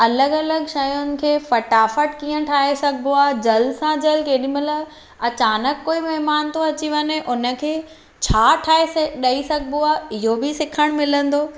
अलॻि अलॻि शयुनि खे फटाफट कीअं ठाहे सघिबो आहे जल्द सां जल्द केॾी महिल अचानक कोई महिमान थो अची वञे उन खे छा ठाहे डे॒ई सघिबो आहे इहो बि सिखणु मिलंदो